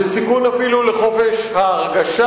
זה סיכון אפילו לחופש ההרגשה.